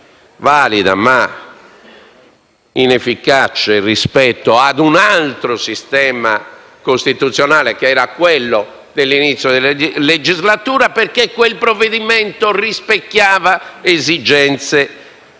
valida ma inefficace rispetto ad un altro sistema costituzionale, che era quello dell'inizio della legislatura, perché quel provvedimento rispecchiava esigenze